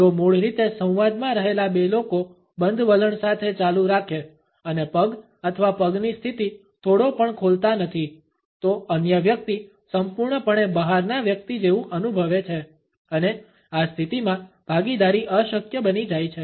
જો મૂળ રીતે સંવાદમાં રહેલા બે લોકો બંધ વલણ સાથે ચાલુ રાખે અને પગ અથવા પગની સ્થિતિ થોડો પણ ખોલતા નથી તો અન્ય વ્યક્તિ સંપૂર્ણપણે બહારના વ્યક્તિ જેવુ અનુભવે છે અને આ સ્થિતિમાં ભાગીદારી અશક્ય બની જાય છે